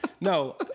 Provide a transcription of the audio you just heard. No